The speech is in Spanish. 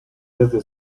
desde